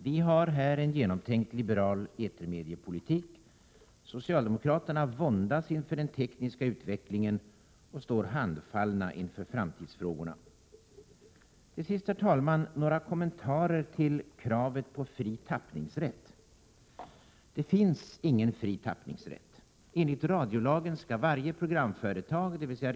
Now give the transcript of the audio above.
Vi har här en genomtänkt liberal etermediepolitik. Socialdemokraterna våndas inför den tekniska utvecklingen och står handfallna inför framtidsfrågorna. Herr talman! Till sist några kommentarer till kravet på fri tappningsrätt. Det finns ingen fri tappningsrätt. Enligt radiolagen skall varje programföretag — dvs.